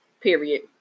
Period